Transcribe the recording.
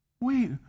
Wait